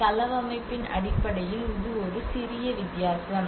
தளவமைப்பின் அடிப்படையில் இது ஒரு சிறிய வித்தியாசம்